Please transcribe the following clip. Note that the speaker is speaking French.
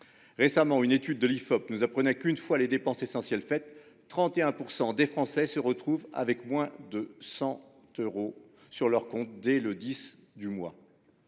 d'opinion publique (Ifop) nous apprend qu'une fois les dépenses essentielles réglées, 31 % des Français se retrouvent avec moins de 100 euros sur leur compte dès le 10 du mois.